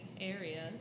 area